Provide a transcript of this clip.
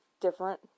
different